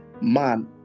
man